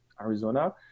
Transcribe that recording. Arizona